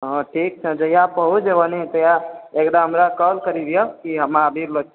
हँ ठीक छै जहिआ पहुँच जेबहो ने तहिया एकदम हमरा कॉल करी दिहऽ की हम आबी रहलो छी